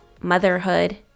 motherhood